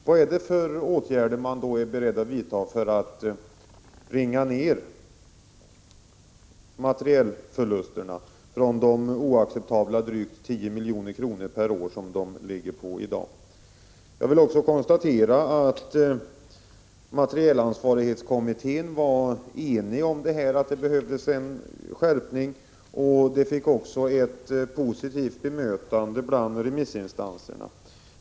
Vad är det för åtgärder man är beredd att vidta för att bringa ned materielförlusterna från de oacceptabla drygt 10 milj.kr. per år som de uppgår till i dag? Jag vill också konstatera att militäransvarskommittén var enig om att det behövdes en skärpning, vilket även fick ett positivt bemötande bland remissinstanserna.